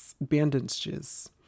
bandages